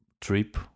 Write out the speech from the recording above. trip